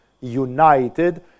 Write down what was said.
united